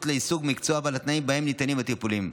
לעיסוק במקצוע ועל התנאים שבהם ניתנים הטיפולים.